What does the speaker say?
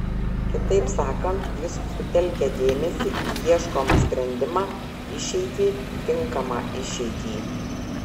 kitaip sakant jis sutelkia dėmesį į ieškomą sprendimą išeitį tinkamą išeitį